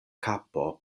kapo